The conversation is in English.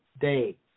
day